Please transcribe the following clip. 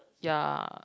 ya